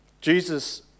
Jesus